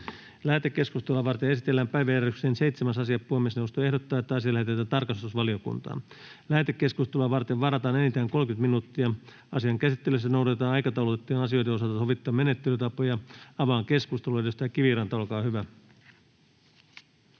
Lähetekeskustelua varten esitellään päiväjärjestyksen 7. asia. Puhemiesneuvosto ehdottaa, että asia lähetetään tarkastusvaliokuntaan Lähetekeskusteluun varataan enintään 30 minuuttia. Asian käsittelyssä noudatetaan aikataulutettujen asioiden osalta sovittuja menettelytapoja. — Avaan keskustelun. Edustaja Kiviranta, olkaa hyvä.